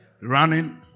Running